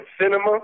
cinema